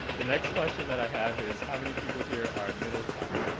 the next question that i have is how many people here are middle child?